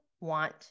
want